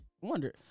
wonder